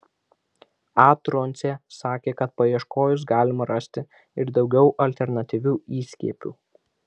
a truncė sakė kad paieškojus galima rasti ir daugiau alternatyvių įskiepių